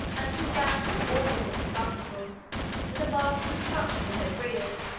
and to abandon all that was combustible in the vast construction they had reared,